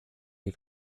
wir